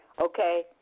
Okay